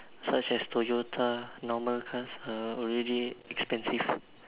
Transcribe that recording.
such as Toyota normal cars are already expensive